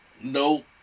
No